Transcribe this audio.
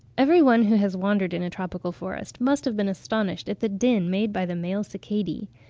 every one who has wandered in a tropical forest must have been astonished at the din made by the male cicadae.